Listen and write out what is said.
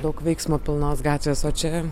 daug veiksmo pilnos gatvės o čia